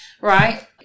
Right